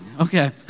Okay